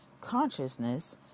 consciousness